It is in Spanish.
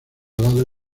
lado